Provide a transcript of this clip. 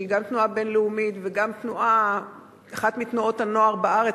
שהיא גם תנועה בין-לאומית וגם אחת מתנועות הנוער בארץ,